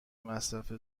مصرف